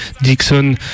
Dixon